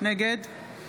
נגד